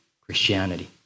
Christianity